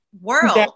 world